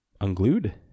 Unglued